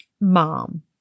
mom